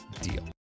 deal